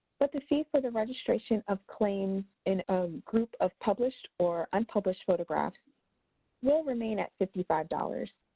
but the fee for the registration of claim in a group of published or unpublished photographs will remain at fifty five dollars.